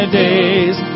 days